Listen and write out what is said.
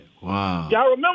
wow